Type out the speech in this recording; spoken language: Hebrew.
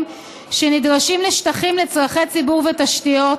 שנדרשים לשטחים לצורכי ציבור ותשתיות,